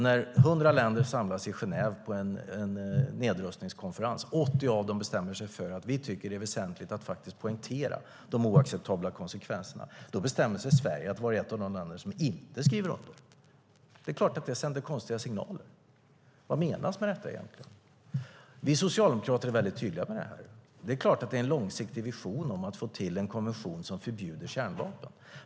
100 länder samlades i Genève på en nedrustningskonferens. 80 av dem tyckte att det var väsentligt att poängtera de oacceptabla konsekvenserna. Då bestämde sig Sverige för att vara ett av de länder som inte skrev under. Det är klart att det sänder konstiga signaler. Vad menas med detta egentligen? Vi socialdemokrater är tydliga med det här. Det är klart att det är en långsiktig vision om att få till en konvention som förbjuder kärnvapen.